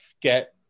get